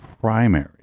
primary